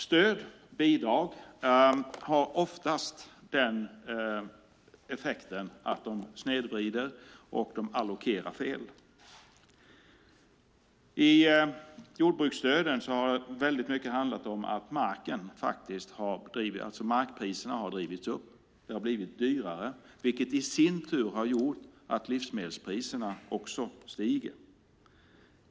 Stöd och bidrag har oftast den effekten att de snedvrider och allokerar fel. I jordbruksstöden har väldigt mycket handlat om att markpriserna har drivits upp. Det har blivit dyrare, vilket i sin tur har gjort att livsmedelspriserna också stiger.